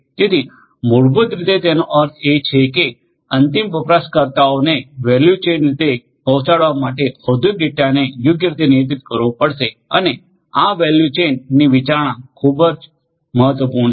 તેથી મૂળભૂત રીતે તેનો અર્થ એ છે કે અંતિમ વપરાશકર્તાઓને વૅલ્યુ ચેન રીતે પહોંચાડવા માટે ઔદ્યોગિક ડેટાને યોગ્ય રીતે નિયંત્રિત કરવો પડશે અને આ વૅલ્યુ ચેનની વિચારણા ખૂબ જ મહત્વપૂર્ણ છે